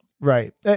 Right